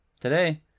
today